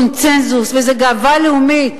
קונסנזוס, ואיזה גאווה לאומית,